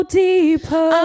deeper